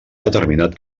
determinat